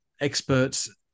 experts